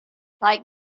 like